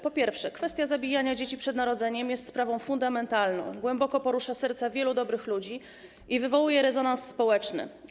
Po pierwsze, kwestia zabijania dzieci przed narodzeniem jest sprawą fundamentalną, głęboko porusza serca wielu dobrych ludzi i wywołuje rezonans społeczny.